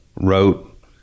wrote